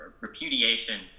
repudiation